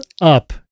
up